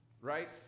right